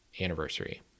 anniversary